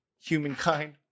humankind